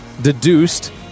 deduced